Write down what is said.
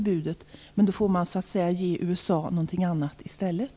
Det har många ministrar givit uttryck för.